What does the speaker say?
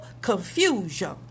confusion